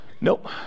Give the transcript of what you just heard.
nope